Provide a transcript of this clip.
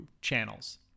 channels